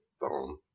phone